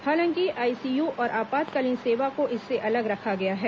हालांकि आईसीयू और आपातकालीन सेवा को इससे अलग रखा गया है